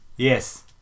Yes